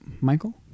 Michael